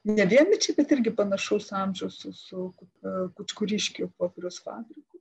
ne vienmečiai bet irgi panašaus amžiaus su su kučkuriškių popieriaus fabriku